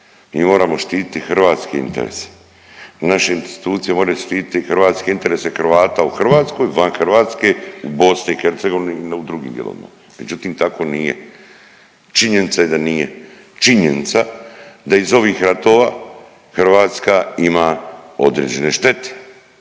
Mi moramo štititi hrvatske interese. Naše institucije moraju štiti hrvatske interese Hrvata u Hrvatskoj, van Hrvatske, u Bosni i Hercegovini, u drugim dijelovima. Međutim tako nije. Činjenica je da nije. Činjenica da iz ovih ratova Hrvatska ima određene štete.